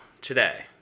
today